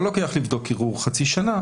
לא לוקח לבדוק ערעור חצי שנה,